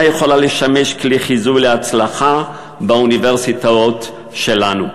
יכולה לשמש כלי חיזוי להצלחה באוניברסיטאות שלנו.